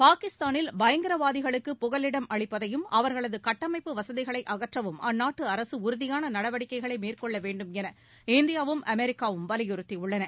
பாகிஸ்தானில் பயங்கரவாதிகளுக்கு புகலிடம் அளிப்பதையும் அவர்களது கட்டமைப்பு வசதிகளை அகற்றவும் அந்நாட்டு அரசு உறுதியான நடவடிக்கைகளை மேற்கொள்ள வேணடும் என இந்தியாவும் அமெரிக்காவும் வலியுறுத்தியுள்ளன